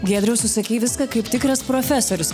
giedriau susakei viską kaip tikras profesorius